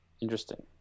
Interesting